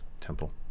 Temple